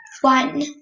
one